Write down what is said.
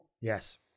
Yes